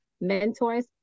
mentors